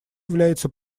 является